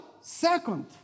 second